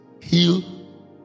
heal